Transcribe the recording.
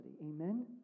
Amen